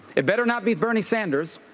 it better not be bernie sanders.